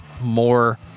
more